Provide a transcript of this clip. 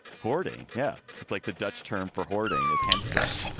hoarding. yeah, it's like the dutch term for hoarding is hampster in.